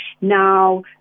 Now